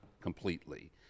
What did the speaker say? completely